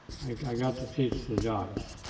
i got to teach the jocks,